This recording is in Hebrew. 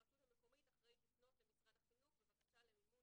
הרשות המקומית אחראית לפנות למשרד החינוך בבקשה למימון